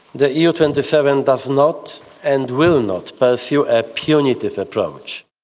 the eu twenty seven does not and will not pursue a punitive approach.